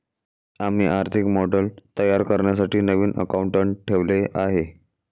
आम्ही आर्थिक मॉडेल तयार करण्यासाठी नवीन अकाउंटंट ठेवले आहे